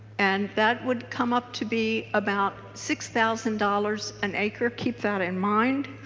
and that would come up to be about six thousand dollars an acre. keep that in mind.